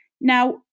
Now